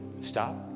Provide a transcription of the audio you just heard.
stop